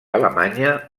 alemanya